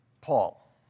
Paul